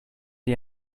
die